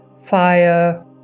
fire